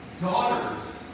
daughters